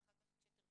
ואחר כך כשתרצה